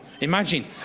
Imagine